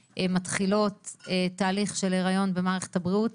שמתחילות תהליך של היריון במערכת הבריאות?